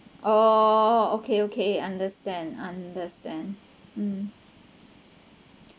oh okay okay understand understand um